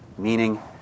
meaning